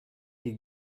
you